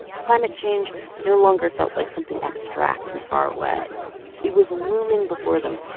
climate change no longer felt like something abstract and far away it was looming before them,